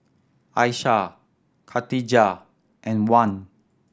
Aishah Katijah and Wan